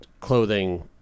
clothing